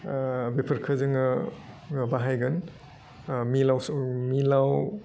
बेफोरखो जोङो बाहायगोन मिलावसो मिलाव